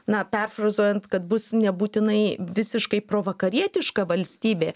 na perfrazuojant kad bus nebūtinai visiškai provakarietiška valstybė